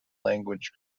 language